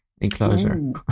enclosure